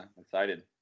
excited